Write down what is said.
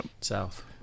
south